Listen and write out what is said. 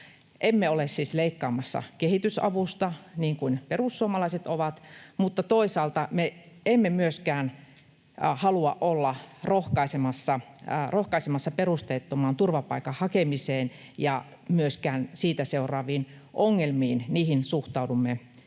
Emme ole siis leikkaamassa kehitysavusta, niin kuin perussuomalaiset ovat, mutta toisaalta me emme myöskään halua olla rohkaisemassa perusteettomaan turvapaikan hakemiseen ja myöskään siitä seuraaviin ongelmiin. Niihin suhtaudumme